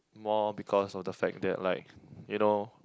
more because of the fact that like you know